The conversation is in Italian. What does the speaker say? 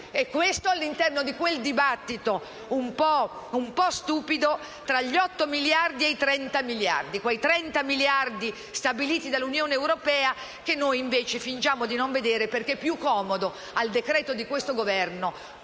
Questo all'interno di quel dibattito, un po' stupido, tra gli otto miliardi e i 30 miliardi; quei 30 miliardi stabiliti dall'Unione europea, che noi invece fingiamo di non vedere perché è più comodo al decreto di questo Governo